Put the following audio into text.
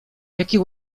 jakie